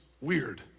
weird